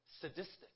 sadistic